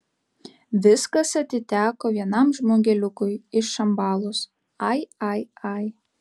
viskas atiteko vienam žmogeliukui iš šambalos ai ai ai